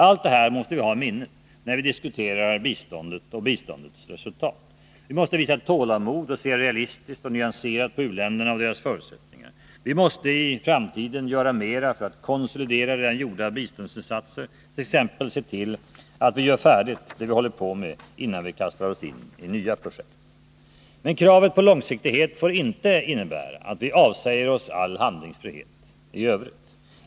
Allt det här måste vi ha i minnet när vi diskuterar biståndet och biståndets resultat. Vi måste visa tålamod och se realistiskt och nyanserat på u-länderna och deras förutsättningar. Vi måste i framtiden göra mer för att konsolidera redan gjorda biståndsinsatser, t.ex. se till att vi gör färdigt det vi håller på med innan vi kastar oss in i nya biståndsprojekt. Men kravet på långsiktighet får inte innebära att vi avsäger oss all handlingsfrihet.